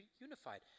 unified